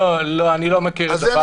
לא, אני לא מכיר דבר כזה.